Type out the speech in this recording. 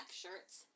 shirts